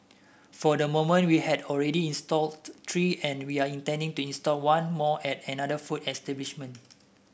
for the moment we have already installed three and we are intending to install one more at another food establishment